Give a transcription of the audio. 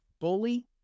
bully